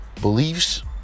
beliefs